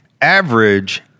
average